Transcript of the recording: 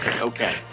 okay